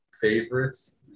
favorites